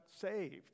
saved